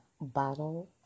Bottle